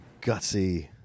gutsy